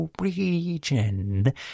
region